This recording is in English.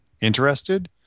interested